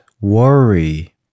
worry